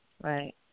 right